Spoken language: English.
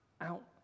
out